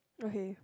okay